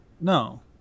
No